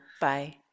Bye